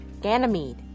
Ganymede